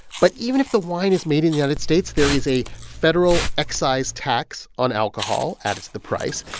but even if the wine is made in the united states, there is a federal excise tax on alcohol added to the price,